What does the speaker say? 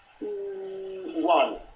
One